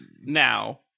Now